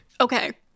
Okay